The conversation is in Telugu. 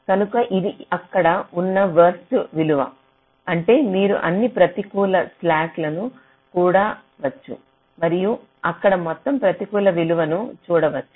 కనుక ఇది అక్కడ ఉన్న వరస్ట్ విలువ అంటే మీరు అన్ని ప్రతికూల స్లాక్ లను కూడవచ్చు మరియు అక్కడ మొత్తం ప్రతికూల విలువను చూడవచ్చు